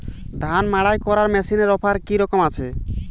ধান মাড়াই করার মেশিনের অফার কী রকম আছে?